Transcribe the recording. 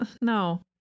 no